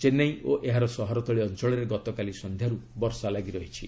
ଚେନ୍ନାଇ ଓ ଏହାର ସହରତଳି ଅଞ୍ଚଳରେ ଗତକାଲି ସନ୍ଧ୍ୟାରୁ ବର୍ଷା ଲାଗିରହିଛି